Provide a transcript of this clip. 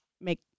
make